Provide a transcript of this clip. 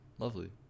Lovely